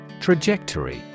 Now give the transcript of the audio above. Trajectory